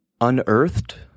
unearthed